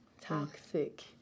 Toxic